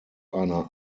einer